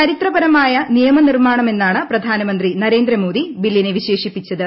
ചരിത്രപരമായ നിയമ നിർമാണമെന്നാണ് പ്രധാനമന്ത്രി നരേന്ദ്രമോദി ബില്ലിനെ വിശേഷിപ്പിച്ചത്